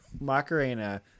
macarena